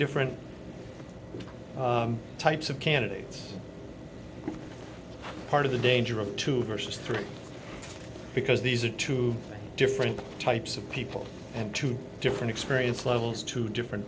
different types of candidates part of the danger of two versus three because these are two different types of people and two different experience levels two different